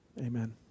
amen